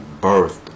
birthed